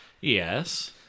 Yes